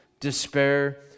Despair